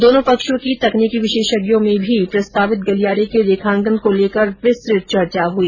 दोनों पक्षों के तकनीकी विशेषज्ञों में भी प्रस्तावित गलियारे के रेखांकन को लेकर विस्तृत चर्चा हुई